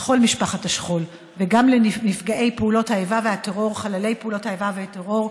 לכל משפחת השכול וגם לחללי פעולות האיבה והטרור,